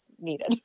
needed